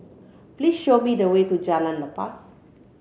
please show me the way to Jalan Lepas